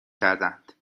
کردند